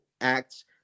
acts